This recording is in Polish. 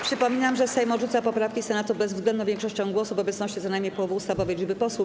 Przypominam, że Sejm odrzuca poprawki Senatu bezwzględną większością głosów w obecności co najmniej połowy ustawowej liczby posłów.